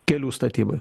kelių statybai